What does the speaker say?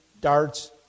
darts